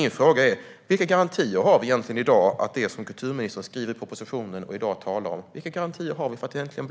Min fråga är alltså: Vilka garantier har vi egentligen i för att det som kulturministern skriver i propositionen och i dag talar om blir av?